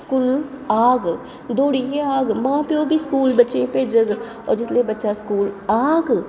school आह्ग दौड़ियै आह्ग मां प्योऽ बी स्कूल बच्चे गी स्कूल भेजग तो ओह् जिसलै बच्चा स्कूल आह्ग